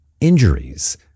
injuries